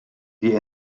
die